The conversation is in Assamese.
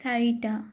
চাৰিটা